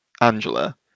Angela